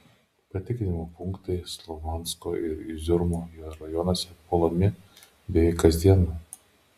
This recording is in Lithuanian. patikrinimo punktai slovjansko ir iziumo rajonuose puolami beveik kasdien